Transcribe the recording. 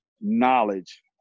knowledge